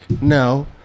no